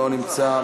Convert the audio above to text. לא נמצא,